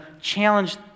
challenge